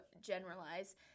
generalize